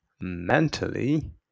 mentally